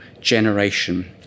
generation